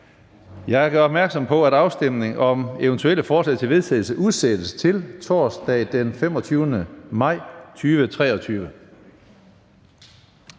Jeg gør opmærksom på, at afstemningen om eventuelle forslag til vedtagelse udsættes til torsdag den 25. maj 2023.